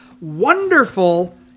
wonderful